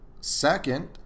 Second